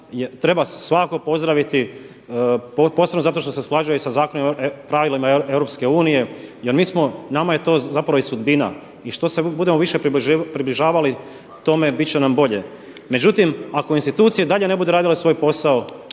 treba svakako pozdraviti posebno zato što se i usklađuje i sa pravilima EU jer mi smo, nama je to zapravo i sudbina. I što se budemo više približavali tome bit će nam bolje. Međutim, ako institucije i dalje ne budu radile svoj posao